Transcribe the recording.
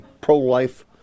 pro-life